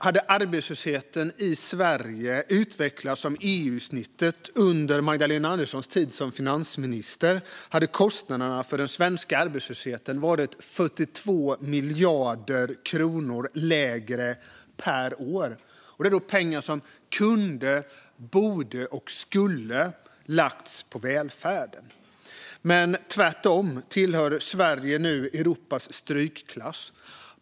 Om arbetslösheten i Sverige hade utvecklats som EU-snittet under Magdalena Anderssons tid som finansminister hade kostnaderna för den svenska arbetslösheten alltså varit 42 miljarder kronor lägre per år. Det är pengar som kunde, borde och skulle ha lagts på välfärden. Men Sverige tillhör nu tvärtom Europas strykklass.